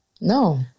no